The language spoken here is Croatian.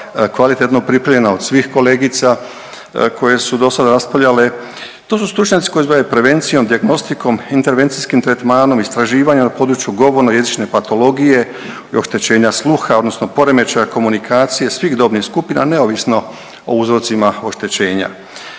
kvalitetno pripremljena od svih kolegica, koje su dosad raspravljale. To su stručnjaci koji se bave prevencijom, dijagnostikom, intervencijskim tretmanom istraživanja na području govorno-jezične patologije i oštećenja sluha odnosno poremećaja komunikacije svih dobnih skupina, neovisno o uzrocima oštećenja.